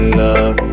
love